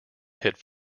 pit